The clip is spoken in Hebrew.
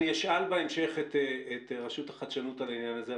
אני אשאל בהמשך את רשות החדשנות על העניין הזה.